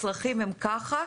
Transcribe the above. הצרכים הם ככה,